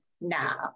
now